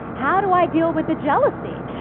how do i deal with the jealousy?